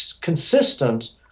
consistent